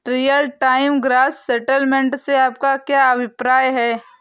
Real time gross settlement से आपका क्या अभिप्राय है?